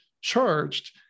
charged